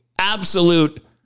absolute